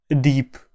deep